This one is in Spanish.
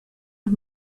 las